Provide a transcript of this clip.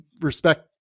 respect